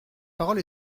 parole